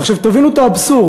עכשיו, תבינו את האבסורד: